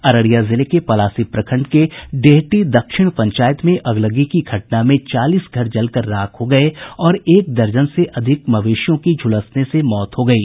अररिया जिले के पलासी प्रखंड के डेहटी दक्षिण पंचायत में अगलगी की घटना में चालीस घर जलकर राख हो गये और एक दर्जन से अधिक मवेशियों की झुलसने से मौत हो गयी